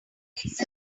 chance